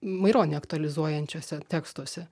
maironį aktualizuojančiuose tekstuose